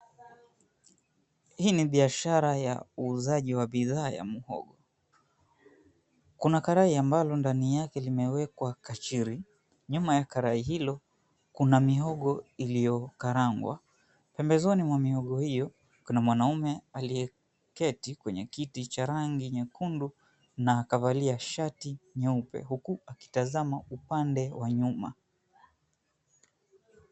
Hii ni biashara ya uuzaji wa bidhaa ya mhogo. Kuna karai ambalo ndani yake limewekwa kachiri. Nyuma ya karai hilo kuna mihogo iliyokarangwa. Pembezoni mwa mihogo hio kuna mwanaume aliyeketi kwenye kiti cha rangi nyekundu na akavalia shati jeupe huku akitazama upande wa nyuma.